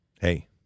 hey